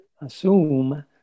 assume